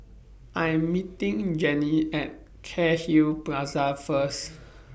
I Am meeting Jenni At Cairnhill Plaza First